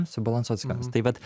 subalansuot skonius tai vat